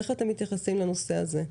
איך אתם מתייחסים לנושא הזה?